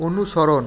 অনুসরণ